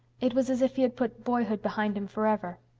it was as if he had put boyhood behind him forever.